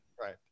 right